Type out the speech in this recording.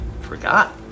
forgot